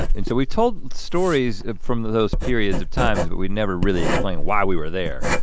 and so we told stories from those periods of times, but we never really explained why we were there.